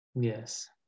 Yes